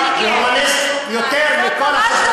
והומניסט יותר מכל החברים כאן.